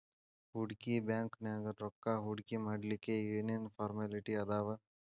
ಹೂಡ್ಕಿ ಬ್ಯಾಂಕ್ನ್ಯಾಗ್ ರೊಕ್ಕಾ ಹೂಡ್ಕಿಮಾಡ್ಲಿಕ್ಕೆ ಏನ್ ಏನ್ ಫಾರ್ಮ್ಯಲಿಟಿ ಅದಾವ?